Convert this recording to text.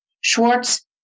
Schwartz